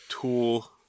tool